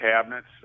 cabinets